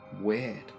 Weird